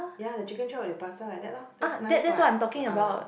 ya the chicken chop with pasta like that lah that's nice what ah